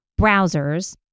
browsers